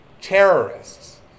terrorists